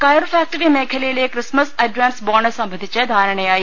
കയർ ഫാക്ടറി മേഖലയിലെ Christmas advance bonus സംബന്ധിച്ച് ധാരണയായി